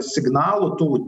signalų tų